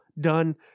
done